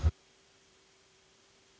Hvala.